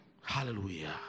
Hallelujah